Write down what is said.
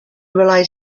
relied